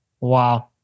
wow